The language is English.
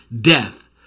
death